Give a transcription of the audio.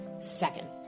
Second